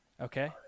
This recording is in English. Okay